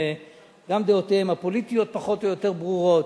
וגם דעותיהם הפוליטיות פחות או יותר ברורות.